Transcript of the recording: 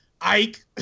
Ike